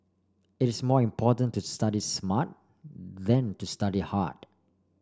it is more important to study smart than to study hard